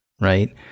right